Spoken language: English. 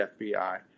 FBI